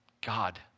God